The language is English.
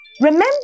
Remember